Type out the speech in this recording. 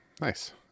Nice